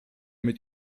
mit